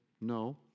No